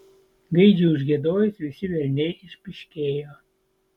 gaidžiui užgiedojus visi velniai išpyškėjo